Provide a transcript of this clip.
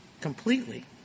completely